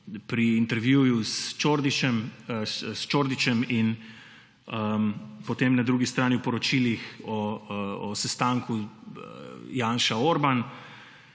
pri intervjuju s Čordičem in potem na drugi strani v poročilih o sestanku Janša – Orban,